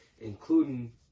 including